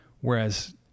whereas